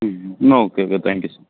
okay okay thank you sir